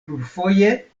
plurfoje